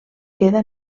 queda